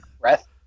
breath